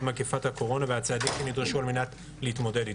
מגפת הקורונה והצעדים שנדרשו על מנת להתמודד אתה.